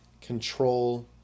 control